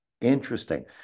Interesting